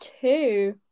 two